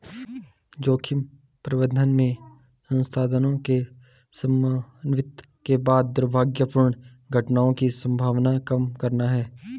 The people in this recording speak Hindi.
जोखिम प्रबंधन में संसाधनों के समन्वित के बाद दुर्भाग्यपूर्ण घटनाओं की संभावना कम करना है